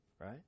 Right